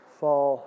fall